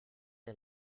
der